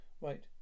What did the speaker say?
Right